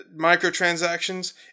Microtransactions